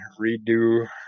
redo